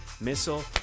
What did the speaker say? missile